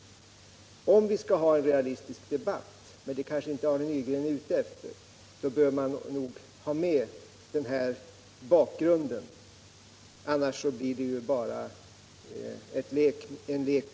Om vi skall ha en realistisk debatt — men det kanske inte Arne Nygren är ute efter = så bör man nog ha med denna bakgrund. Annars blir det bara en lek med ord.